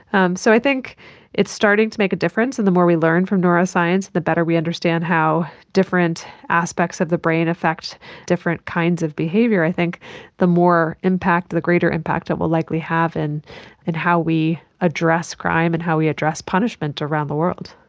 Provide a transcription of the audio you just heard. um so i think it's starting to make a difference, and the more we learn from neuroscience the better we understand how different aspects of the brain affect different kinds of behaviour, i think the more impact, the greater impact it will likely have in and how we address crime and how we address punishment around the world.